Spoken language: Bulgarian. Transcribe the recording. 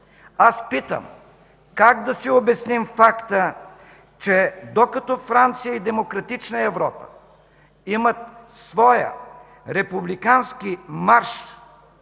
Аз питам: как да си обясним факта, че докато Франция и демократична Европа имат своя републикански марш,